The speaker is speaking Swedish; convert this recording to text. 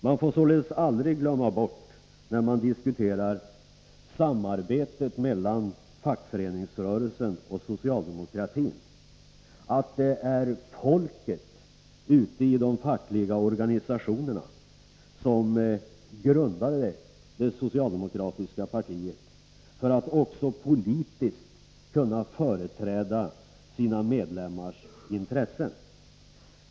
Man får således aldrig glömma bort, när man diskuterar samarbetet mellan fackföreningsrörelsen och socialdemokratin, att det är folket ute i de fackliga organisationerna som grundat det socialdemokratiska partiet för att också politiskt kunna företräda sina medlemmars intressen.